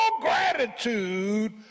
gratitude